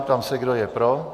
Ptám se, kdo je pro.